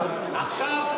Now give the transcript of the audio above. עכשיו,